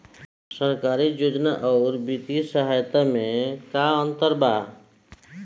सरकारी योजना आउर वित्तीय सहायता के में का अंतर बा?